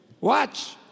Watch